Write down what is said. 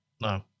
no